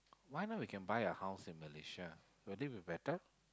why not we can buy a house in Malaysia will that be better